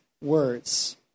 words